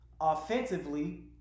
Offensively